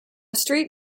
street